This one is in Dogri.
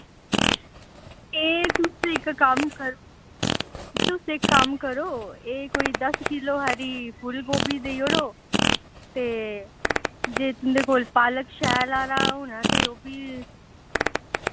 ए तुस इक कम्म करो तुस इक कम्म करो ए कोई दस किल्लो हारी फुल्ल गोभी देई ओढ़ो ते जे तुंदे कोल पालक शैल आह्ला होना ते ओह् बी